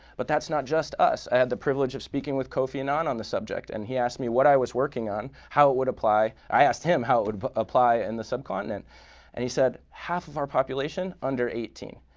but that's not just us. i had the privilege of speaking with kofi and annan on the subject and he asked me what i was working on, how it would apply. i asked him how it would apply on and the subcontinent and he said, half of our population under eighteen,